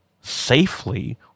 safely